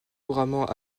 couramment